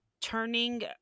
turning